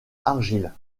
argile